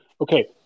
Okay